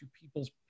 people's